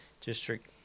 district